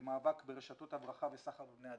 במאבק ברשתות הברחה וסחר בבני אדם,